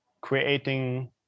creating